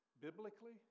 biblically